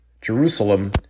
Jerusalem